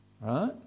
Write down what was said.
right